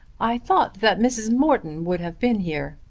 i thought that mrs. morton would have been here.